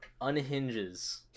unhinges